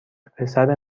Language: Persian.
پسر